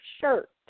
shirt